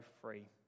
free